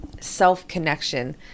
self-connection